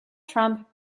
trump